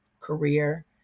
career